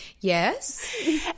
Yes